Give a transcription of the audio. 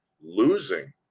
losing